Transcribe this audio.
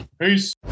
Peace